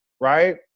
right